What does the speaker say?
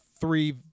three